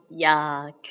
yuck